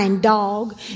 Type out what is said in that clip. dog